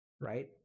Right